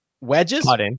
wedges